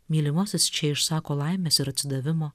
mylimasis čia išsako laimės ir atsidavimo